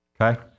okay